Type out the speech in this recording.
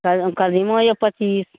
कदीमो यए पच्चीस